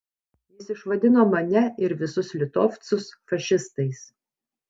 jis išvadino mane ir visus litovcus fašistais